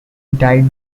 died